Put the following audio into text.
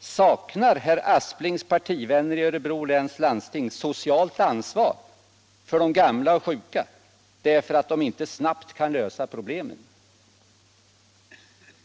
Saknar herr Asplings partivänner i Örebro läns landsting socialt ansvar för de gamla och sjuka därför att de inte snabbt kan lösa problemen?